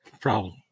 Problem